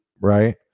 right